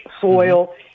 soil